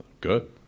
good